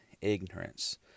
ignorance